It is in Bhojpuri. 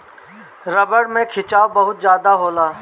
रबड़ में खिंचाव बहुत ज्यादा होला